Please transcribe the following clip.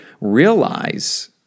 realize